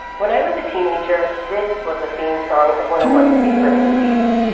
when i was a teenager, this was the theme song of one of my favorite movies.